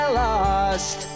lost